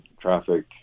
traffic